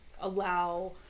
allow